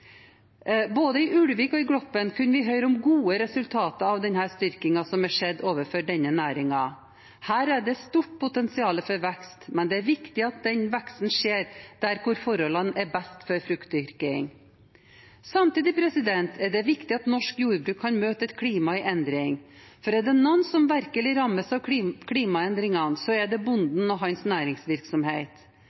Både i Ulvik og i Gloppen kunne vi høre om gode resultater av denne styrkingen som er skjedd overfor denne næringen. Her er det stort potensial for vekst, men det er viktig at den veksten skjer der hvor forholdene er best for fruktdyrking. Samtidig er det viktig at norsk jordbruk kan møte et klima i endring. For er det noen som virkelig rammes av klimaendringene, er det bonden og hans næringsvirksomhet.